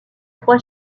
trois